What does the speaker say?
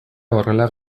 horrela